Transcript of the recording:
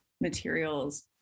materials